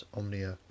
omnia